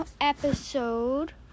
episode